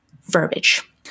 verbiage